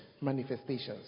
manifestations